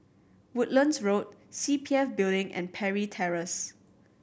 Woodlands Road C P F Building and Parry Terrace